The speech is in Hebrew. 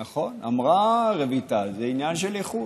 אמרה רויטל: זה עניין של איכות.